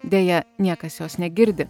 deja niekas jos negirdi